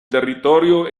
territorio